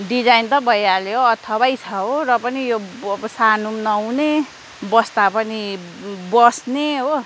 design त भइहाल्यो अथवै छ हो र पनि अब यो सानो पनि नहुने बस्दा पनि बज्ने हो